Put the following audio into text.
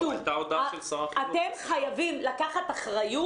אתם חייבים לקחת אחריות.